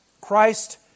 Christ